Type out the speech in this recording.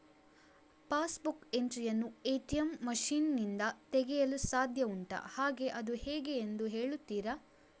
Pass book entry ಯನ್ನು ATM machine ನಿಂದ ತೆಗೆಯಲು ಸಾಧ್ಯ ಉಂಟಾ ಹಾಗೆ ಅದು ಹೇಗೆ ಎಂದು ಹೇಳುತ್ತೀರಾ?